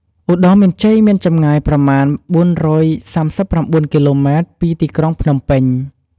ឧត្តរមានជ័យមានចម្ងាយប្រមាណ ៤៣៩ គីឡូម៉ែត្រពីទីក្រុងភ្នំពេញ។